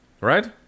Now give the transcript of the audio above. right